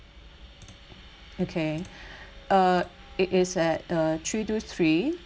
okay uh it is at uh three two three